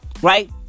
Right